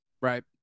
Right